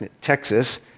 Texas